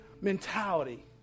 mentality